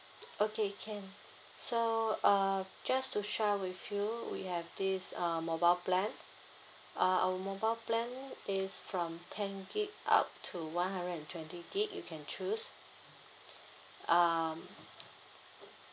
okay can so uh just to share with you we have this uh mobile plan uh our mobile plan is from ten gig up to one hundred and twenty gig you can choose um